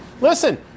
Listen